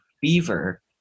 fever